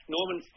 Norman